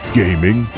gaming